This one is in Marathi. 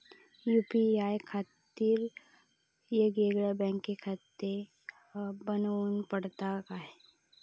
यू.पी.आय खातीर येगयेगळे बँकखाते बनऊची पडतात काय?